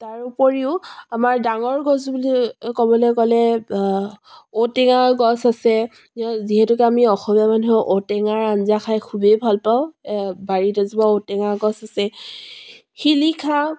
তাৰ উপৰিও আমাৰ ডাঙৰ গছ বুলি ক'বলৈ গ'লে ঔটেঙাৰ গছ আছে যিহেতুকে আমি অসমীয়া মানুহ ঔটেঙাৰ আঞ্জা খাই খুবেই ভাল পাওঁ বাৰীত এজোপা ঔটেঙা গছ আছে শিলিখা